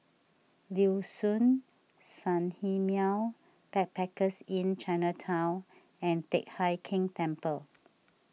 Liuxun Sanhemiao Backpackers Inn Chinatown and Teck Hai Keng Temple